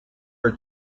her